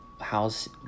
house